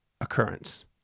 occurrence